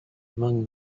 among